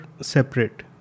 separate